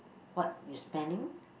what you spending